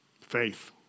Faith